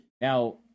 Now